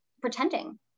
pretending